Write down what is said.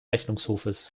rechnungshofes